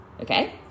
okay